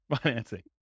financing